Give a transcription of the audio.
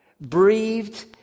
breathed